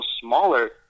smaller